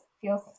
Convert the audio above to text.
feels